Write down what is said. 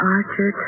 Archer